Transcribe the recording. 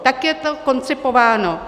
Tak je to koncipováno.